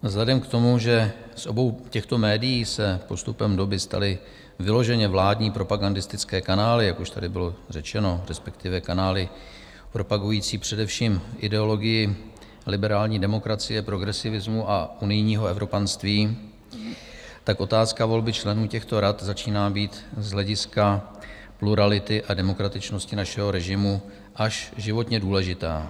Vzhledem k tomu, že z obou těchto médií se postupem doby staly vyloženě vládní propagandistické kanály, jak už tady bylo řečeno, respektive kanály propagující především ideologii liberální demokracie, progresivismu a unijního evropanství, tak otázka volby členů těchto rad začíná být z hlediska plurality a demokratičnosti našeho režimu až životně důležitá.